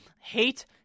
hate